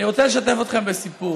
אני רוצה לשתף אתכם בסיפור.